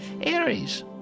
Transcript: Aries